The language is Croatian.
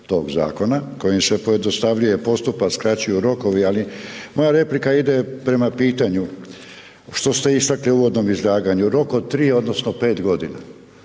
tog zakona kojim se pojednostavljuje postupak, skraćuju rokovi, ali moja replika ide prema pitanju što ste istakli u uvodnom izlaganju. Rok od 3, odnosno 5 godina.